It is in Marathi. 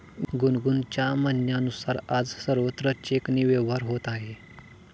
गुनगुनच्या म्हणण्यानुसार, आज सर्वत्र चेकने व्यवहार होत आहे